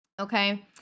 okay